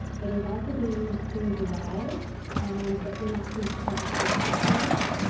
it is also being streamed live on the fremont police department's facebook page,